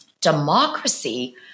democracy